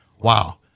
Wow